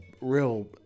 real